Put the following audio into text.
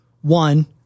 One